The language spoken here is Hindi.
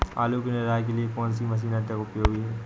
आलू की निराई के लिए कौन सी मशीन अधिक उपयोगी है?